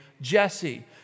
Jesse